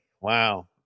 Wow